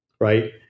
right